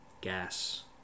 Gas